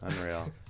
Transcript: unreal